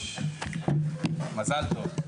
הצבעה אושר.